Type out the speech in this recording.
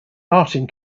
martin